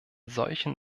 solchen